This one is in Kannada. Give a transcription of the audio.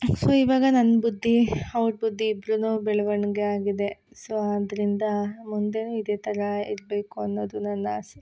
ಸೊ ಇವಾಗ ನನ್ನ ಬುದ್ದಿ ಅವ್ಳ ಬುದ್ದಿ ಇಬ್ರುದ್ದೂ ಬೆಳವಣ್ಗೆ ಆಗಿದೆ ಸೋ ಆದ್ದರಿಂದ ಮುಂದೆಯೂ ಇದೇ ಥರ ಇರಬೇಕು ಅನ್ನೋದು ನನ್ನ ಆಸೆ